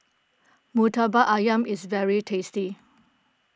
Murtabak Ayam is very tasty